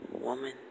Woman